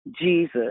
Jesus